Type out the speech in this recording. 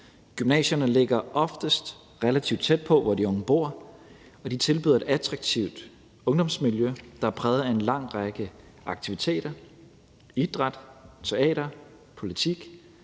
Gymnasierne ligger oftest relativt tæt på, hvor de unge bor, og de tilbyder et attraktivt ungdomsmiljø, der er præget af en lang række aktiviteter som idræt, teater, politik,